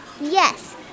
Yes